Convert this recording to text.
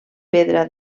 pedra